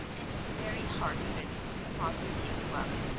and in very heart of it the mausoleum club,